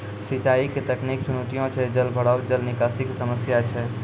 सिंचाई के तकनीकी चुनौतियां छै जलभराव, जल निकासी के समस्या छै